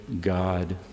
God